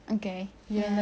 okay ya